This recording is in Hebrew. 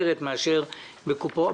כמה מאשרים היום לצוללנים?